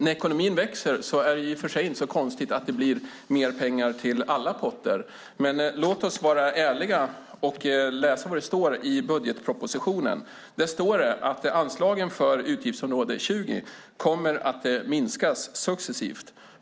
När ekonomin växer är det ju inte så konstigt att det blir mer pengar till alla potter. Låt oss läsa vad det står i budgetpropositionen. Där står det att anslagen för utgiftsområde 20 kommer att minskas successivt.